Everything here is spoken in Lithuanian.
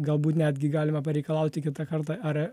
galbūt netgi galima pareikalauti kitą kartą ar